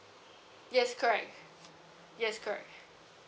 yes correct yes correct